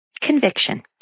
Conviction